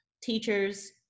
teachers